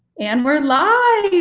and we're live,